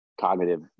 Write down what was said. cognitive